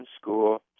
School